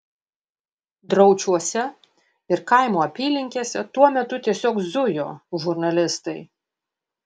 draučiuose ir kaimo apylinkėse tuo metu tiesiog zujo žurnalistai